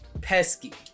pesky